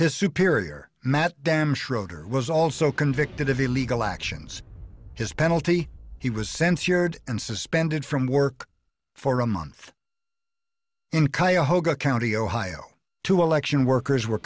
his superior matt damn schroeder was also convicted of illegal actions his penalty he was censored and suspended from work for a month in cuyahoga county ohio two election workers were